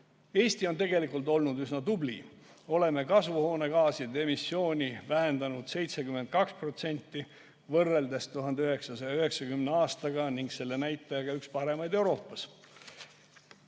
Eesti on tegelikult olnud üsna tubli. Oleme kasvuhoonegaaside emissiooni vähendanud 72% võrreldes 1990. aastaga ning selle näitajaga oleme üks parimaid Euroopas.